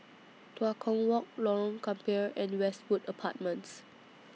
Tua Kong Walk Lorong Gambir and Westwood Apartments